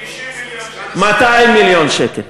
90 מיליון שקל.